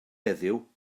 heddiw